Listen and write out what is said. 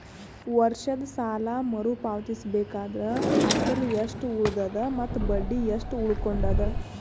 ವರ್ಷದ ಸಾಲಾ ಮರು ಪಾವತಿಸಬೇಕಾದರ ಅಸಲ ಎಷ್ಟ ಉಳದದ ಮತ್ತ ಬಡ್ಡಿ ಎಷ್ಟ ಉಳಕೊಂಡದ?